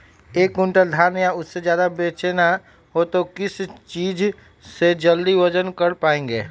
एक क्विंटल धान या उससे ज्यादा बेचना हो तो किस चीज से जल्दी वजन कर पायेंगे?